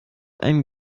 einen